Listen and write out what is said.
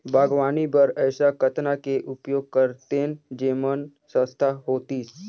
बागवानी बर ऐसा कतना के उपयोग करतेन जेमन सस्ता होतीस?